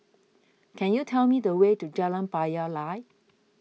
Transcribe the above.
can you tell me the way to Jalan Payoh Lai